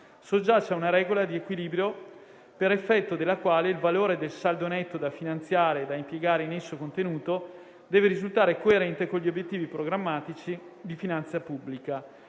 soggiace a una regola di equilibrio per effetto della quale il valore del saldo netto da finanziare o da impiegare in esso contenuto deve risultare coerente con gli obiettivi programmatici di finanza pubblica.